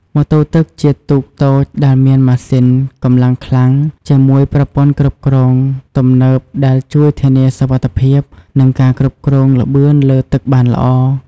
ម៉ូតូទឹកជាទូកតូចដែលមានម៉ាស៊ីនកម្លាំងខ្លាំង ជាមួយប្រព័ន្ធគ្រប់គ្រងទំនើបដែលជួយធានាសុវត្ថិភាព និងការគ្រប់គ្រងល្បឿនលើទឹកបានល្អ។